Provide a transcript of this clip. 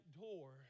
door